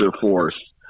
force